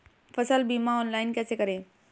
फसल बीमा ऑनलाइन कैसे करें?